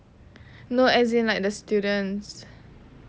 no as in like the students